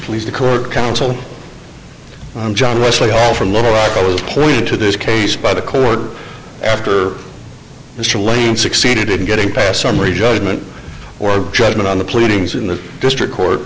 please the court counsel i'm john wesley hall from little rock i was pleased to this case by the court after mr lane succeeded in getting past summary judgment or judgment on the pleadings in the district court